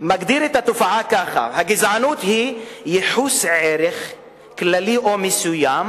מגדיר את התופעה כך: "הגזענות היא ייחוס ערך כללי או מסוים